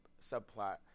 subplot